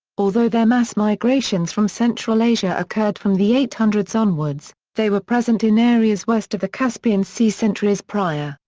although their mass-migrations from central asia occurred from the eight hundred s onwards, they were present in areas west of the caspian sea centuries prior,